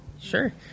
Sure